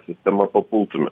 sistemą papultume